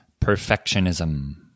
perfectionism